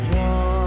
one